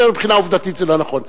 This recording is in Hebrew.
אומר שמבחינה עובדתית זה לא נכון.